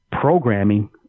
programming